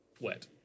wet